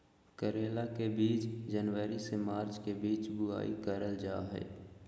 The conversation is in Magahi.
करेला के बीज जनवरी से मार्च के बीच बुआई करल जा हय